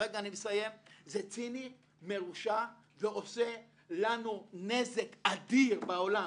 זה עושה לנו נזק אדיר בעולם.